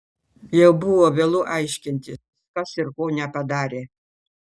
jau buvo vėlu aiškintis kas ir ko nepadarė